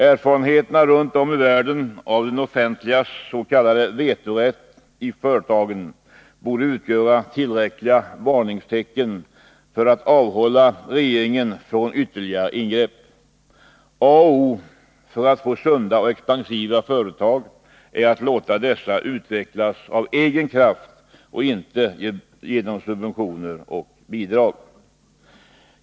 Erfarenheterna runt om i världen av det offentligas ”vetorätt” i företagen borde utgöra tillräckliga varningstecken för att avhålla regeringen från ytterligare ingrepp. A och O för att få sunda och expansiva företag är att låta dessa utvecklas av egen kraft och inte genom subventioner och bidrag.